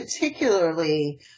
particularly